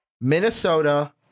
Minnesota